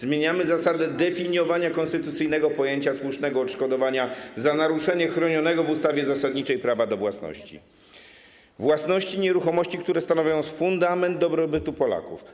Zmieniamy zasadę definiowania konstytucyjnego pojęcia słusznego odszkodowania za naruszenie chronionego w ustawie zasadniczej prawa do własności, własności nieruchomości, które stanowią fundament dobrobytu Polaków.